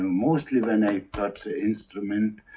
mostly when i touch the instrument.